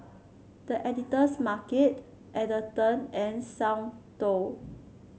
The Editor's Market Atherton and Soundteoh